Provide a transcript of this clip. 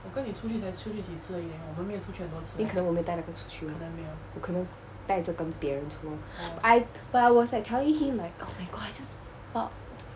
think 可能我没有带那个出去我可能带这跟别人出 lor I but I was like telling him like oh my god I just bought